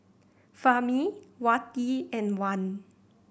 Fahmi Wati and Wan